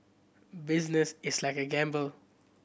business is like a gamble